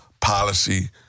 policy